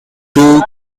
too